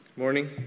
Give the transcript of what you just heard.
morning